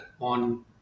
on